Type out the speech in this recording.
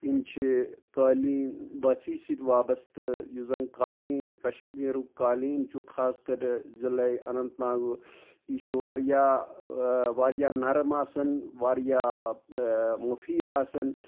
یِم چھِ قٲلیٖن بٲفی سۭتۍ وابستہٕ یُس زَن قالیٖن کشمیٖرُک قالیٖن چھُ خاص کر ضِلَعے اننت ناگُک یہِ چھُ واریاہ واریاہ نَرم آسَان واریاہ مُفیٖد آسَان